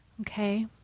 Okay